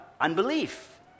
unbelief